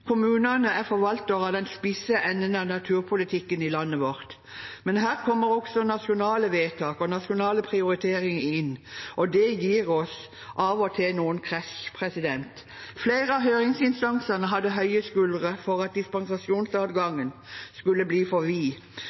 Kommunene er forvaltere av den spisse enden av naturpolitikken i landet vårt, men her kommer også nasjonale vedtak og nasjonale prioriteringer inn, og det gir oss av og til noe press. Flere av høringsinstansene hadde høye skuldre med tanke på at dispensasjonsadgangen skulle bli for